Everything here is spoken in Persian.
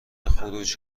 خروج